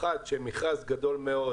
1. שמכרז גדול מאוד